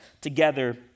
together